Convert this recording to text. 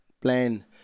plan